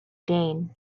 gain